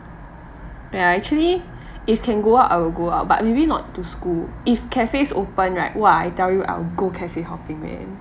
ya actually if can go out I will go out but maybe not to school if cafes open right !wah! I tell you I will go cafe hopping man